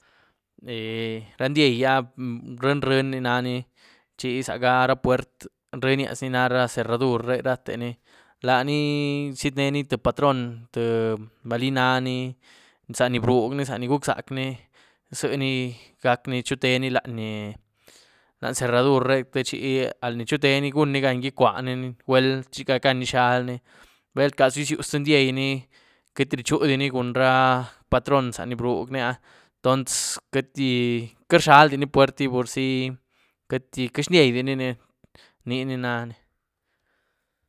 ra ndiei áh rïe rïe ni nani chi záah ga ra pwuert´rïenyiaz ni na ra ceradur re, rateni, laní ztíet neni tïé patron, tïé, balí nani za ni brugni, za ni guc´zac´ni, zieni gac´ni chuteni lanyí-lanyí cerradur re te chi al ni chuteni gun ni gan icuwani ni gwel te chi gac´gan izhaelni. Bel rcazu izyu ztïé ndiei ni queity richudini cun ra patron zani brug´ni áh entons queity-queity rzhialdini pwert´gi porzi queity xndieidini ni, ni ni nani.